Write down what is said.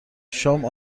شام